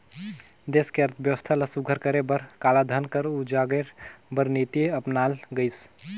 देस के अर्थबेवस्था ल सुग्घर करे बर कालाधन कर उजागेर बर नीति अपनाल गइस